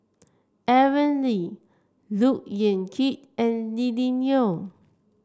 Aaron Lee Look Yan Kit and Lily Neo